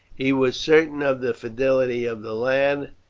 he was certain of the fidelity of the lad,